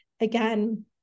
again